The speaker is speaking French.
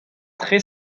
très